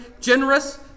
generous